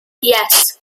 yes